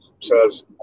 says